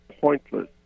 pointless